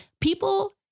people